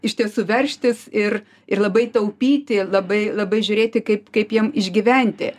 iš tiesų veržtis ir ir labai taupyti labai labai žiūrėti kaip kaip jiem išgyventi